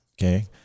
Okay